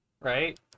Right